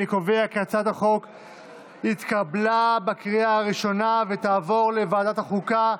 אני קובע כי הצעת החוק התקבלה בקריאה הראשונה ותעבור לוועדת החוקה,